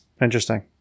Interesting